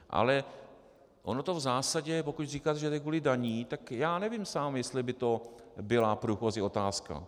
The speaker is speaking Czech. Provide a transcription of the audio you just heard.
Ale ono to v zásadě, pokud říkáte, že je to kvůli daním, tak já nevím sám, jestli by to byla průchozí otázka.